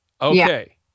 Okay